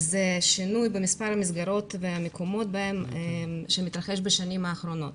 זה שינוי במספר המסגרות והמקומות שמתרחש בשנים האחרונות.